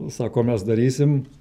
sako mes darysim